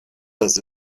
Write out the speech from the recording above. does